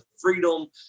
freedom